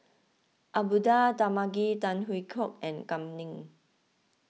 Abdullah Tarmugi Tan Hwee Hock and Kam Ning